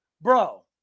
bro